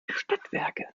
stadtwerke